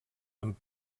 amb